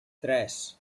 tres